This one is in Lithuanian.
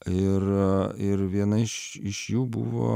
ir ir viena iš iš jų buvo